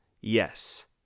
yes